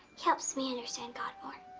he helps me understand god more.